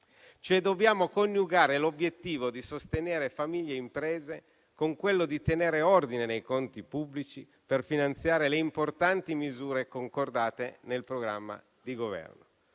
dobbiamo coniugare l'obiettivo di sostenere famiglie e imprese con quello di tenere ordine nei conti pubblici, per finanziare le importanti misure concordate nel programma di Governo.